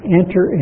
enter